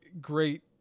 great